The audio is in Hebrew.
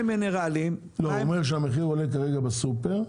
הוא אומר שהמחיר עולה כרגע בסופר.